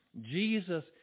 Jesus